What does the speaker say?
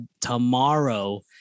tomorrow